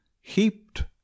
heaped